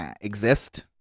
exist